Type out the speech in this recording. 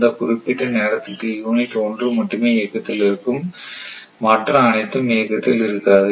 இந்த குறிப்பிட்ட நேரத்துக்கு யூனிட் 1 மட்டுமே இயக்கத்தில் இருக்கும் மற்ற அனைத்தும் இயக்கத்தில் இருக்காது